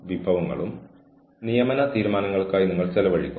അംഗീകൃത അവധിയെടുക്കാതെ സ്ഥിരമായി ടേക്ക് ഓഫ് ചെയ്യുന്ന ശീലം ചിലർക്കുണ്ട്